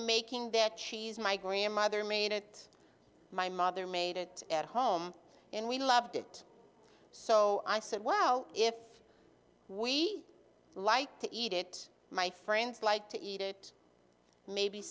making their cheese my grandmother made it my mother made it at home and we loved it so i said well if we like to eat it my friends like to eat it maybe